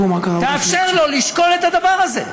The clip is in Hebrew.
תאפשר לו לשקול את הדבר הזה.